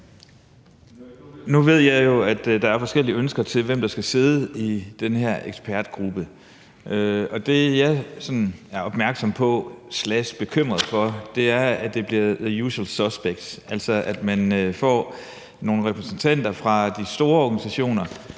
Nu ved jeg jo, at der er forskellige ønsker til, hvem der skal sidde i den her ekspertgruppe, og det, som jeg sådan er opmærksom på – skråstreg – bekymret for, er, at det bliver the usual suspects, altså at man får nogle repræsentanter fra de store organisationer.